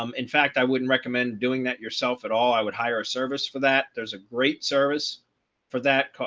um in fact, i wouldn't recommend doing that yourself at all, i would hire a service for that there's a great service for that.